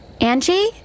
Angie